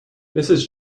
mrs